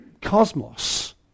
cosmos